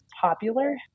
popular